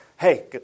Hey